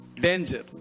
danger